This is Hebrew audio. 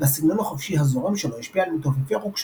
והסגנון החופשי הזורם שלו השפיע על מתופפי רוק שונים,